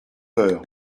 peur